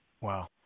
Wow